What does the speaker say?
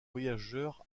voyageurs